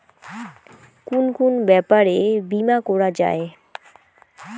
কুন কুন ব্যাপারে বীমা করা যায়?